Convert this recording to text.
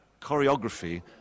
choreography